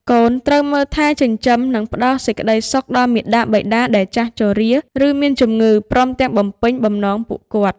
កូនត្រូវមើលថែ ចិញ្ចឹម និងផ្ដល់សេចក្តីសុខដល់មាតាបិតាដែលចាស់ជរា ឬមានជម្ងឺ ព្រមទាំងបំពេញបំណងពួកគាត់។